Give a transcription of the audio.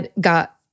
got